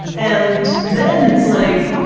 and then it's like,